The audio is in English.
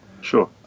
Sure